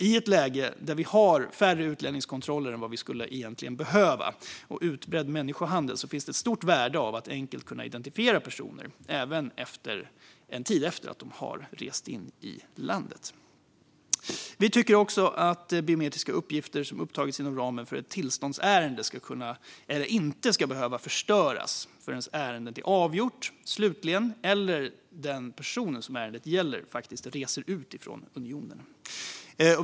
I ett läge där vi har färre utlänningskontroller än vi egentligen skulle behöva och där vi ser en utbredd människohandel finns det ett stort värde i att enkelt kunna identifiera personer även en tid efter att de har rest in i landet. Vi tycker även att biometriska uppgifter som har upptagits inom ramen för ett tillståndsärende inte ska behöva förstöras förrän ärendet är slutligen avgjort eller förrän den person som ärendet gäller faktiskt reser ut från unionen.